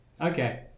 Okay